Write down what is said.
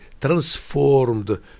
transformed